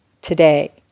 today